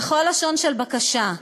בכל לשון של בקשה,